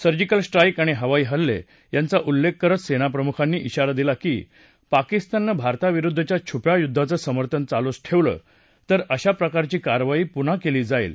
surgical strike आणि हवाई हल्ले यांचा उल्लेख करत सेनाप्रमुखांनी शिरा दिला की पाकिस्ताननं भारताविरुद्धच्या छुप्या युद्धाचं समर्थन चालूच ठेवलं तर अशा प्रकारची कारवाई पुन्हा केली जाईल